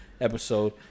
episode